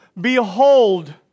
behold